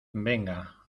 venga